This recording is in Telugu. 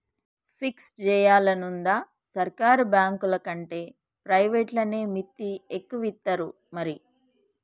ఫిక్స్ జేయాలనుందా, సర్కారు బాంకులకంటే ప్రైవేట్లనే మిత్తి ఎక్కువిత్తరు మరి